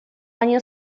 año